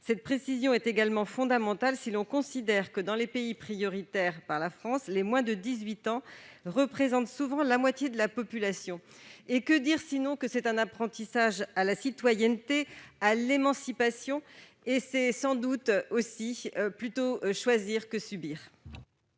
Cette précision est également fondamentale si l'on considère que, dans les pays prioritaires de la France, les moins de 18 ans représentent souvent la moitié de la population. Il s'agit d'un apprentissage à la citoyenneté et à l'émancipation, qui participe du principe « plutôt choisir que subir